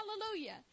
Hallelujah